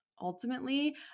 Ultimately